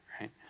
right